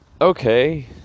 okay